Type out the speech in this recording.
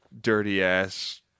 dirty-ass